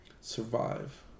Survive